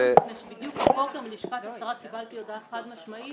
בדיוק הבוקר מלשכת השרה קיבלתי הודעה חד-משמעית